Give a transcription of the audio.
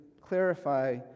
clarify